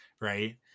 right